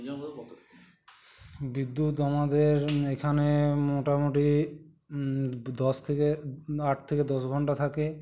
বিদ্যুৎ আমাদের এখানে মোটামুটি দশ থেকে আট থেকে দশ ঘন্টা থাকে